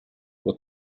what